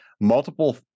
multiple